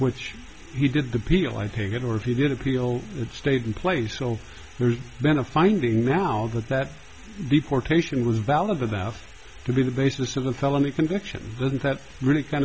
which he did the peel i take it or he did appeal it stayed in place so there's been a finding now that that deportation was valid without to be the basis of a felony conviction doesn't that really kind